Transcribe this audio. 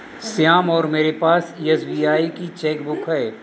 श्याम और मेरे पास एस.बी.आई की चैक बुक है